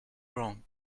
wrong